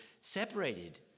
separated